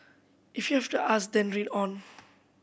if you have to ask then read on